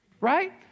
right